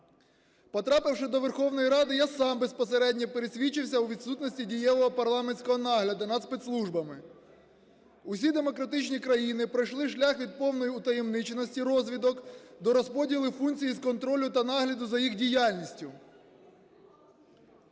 Потрапивши до Верховної Ради я сам безпосередньо пересвідчився у відсутності дієвого парламентського нагляду над спецслужбами. Усі демократичні країни пройшли шлях від повної утаємниченості розвідок до розподілу і функції із контролю та нагляду за їх діяльністю.